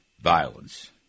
violence